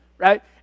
right